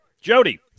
Jody